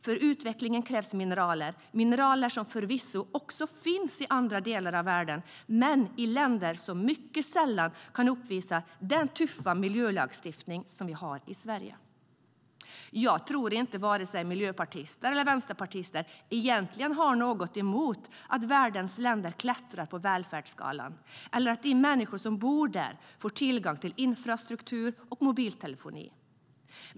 För utvecklingen krävs mineraler, mineraler som förvisso också finns i andra delar av världen men i länder som mycket sällan kan uppvisa den tuffa miljölagstiftning som vi har i Sverige. Jag tror inte att vare sig miljöpartister eller vänsterpartister egentligen har något emot att världens länder klättrar på välfärdsskalan eller att de människor som bor i dessa länder får tillgång till infrastruktur och mobiltelefoner.